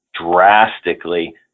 drastically